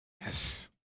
Yes